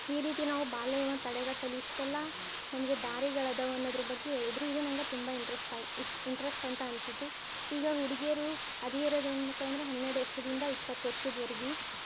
ಈ ರೀತಿ ನಾವು ಬಾಲ್ಯ ವಿವಾಹ ತಡೆಗಟ್ಟಲು ಇಷ್ಟೆಲ್ಲಾ ನಮಗೆ ದಾರಿಗಳಿದಾವು ಅನ್ನೋದ್ರ ಬಗ್ಗೆ ಹೇಳಿದ್ರು ಇದು ನಂಗೆ ತುಂಬ ಇಂಟ್ರೆಸ್ಟ್ ಆಯ್ ಇಷ್ ಇಂಟ್ರೆಸ್ಟ್ ಅಂತ ಅನಿಸಿತು ಈಗ ಹುಡುಗಿಯರು ಹದಿಹರೆಯದ ಹೆಣ್ಮಕ್ಳಂದ್ರೆ ಹನ್ನೆರಡು ವರ್ಷದಿಂದ ಇಪ್ಪತ್ತು ವರ್ಷದ್ವರ್ಗೆ